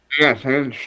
yes